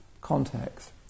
context